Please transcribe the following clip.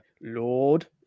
lord